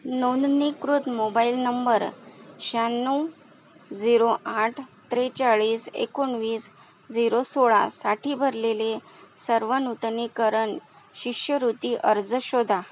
नोंदणीकृत mobile number शहाण्णव zero आठ त्रेचाळीस एकोणवीस झीरो सोळासाठी भरलेले सर्व नूतनीकरण शिष्यवृती अर्ज शोधा